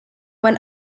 when